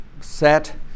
set